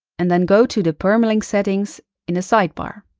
and then go to the permalink settings in the sidebar.